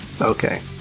Okay